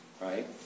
right